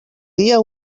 dia